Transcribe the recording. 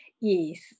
Yes